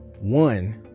one